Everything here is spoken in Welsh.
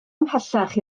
ymhellach